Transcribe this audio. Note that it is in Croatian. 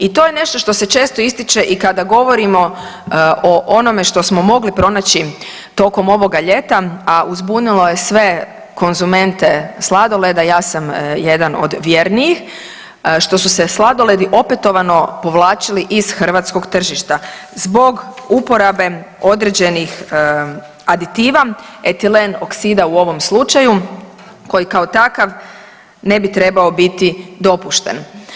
I to je nešto što se često ističe i kada govorimo o onome što smo mogli pronaći tokom ovoga ljeta a uzbunilo je sve konzumente sladoleda, ja sam jedan od vjernijih, što su se sladoledi opetovano povlačili iz Hrvatskog tržišta zbog uporabe određenih aditiva, etilen oksida u ovom slučaju koji kao takav ne bi trebao biti dopušten.